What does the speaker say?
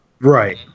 Right